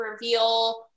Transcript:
reveal